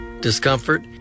discomfort